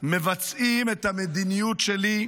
מבצעים את המדיניות שלי.